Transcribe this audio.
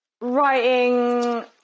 writing